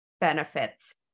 benefits